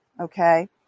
okay